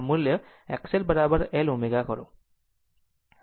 અને આ મુલ્ય છે XL L ω કરો